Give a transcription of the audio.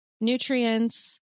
nutrients